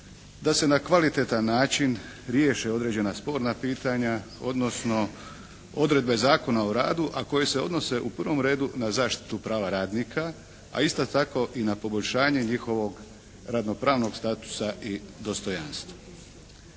da se na kvalitetan način riješe određena sporna pitanja odnosno odredbe Zakona o radu a koje se odnose u prvom redu na zaštitu prava radnika, a isto tako i na poboljšanje njihovog radno-pravnog statusa i dostojanstva.